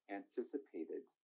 anticipated